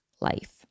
life